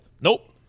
Nope